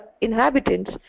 inhabitants